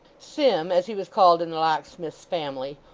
sim, as he was called in the locksmith's family,